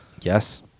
Yes